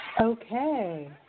Okay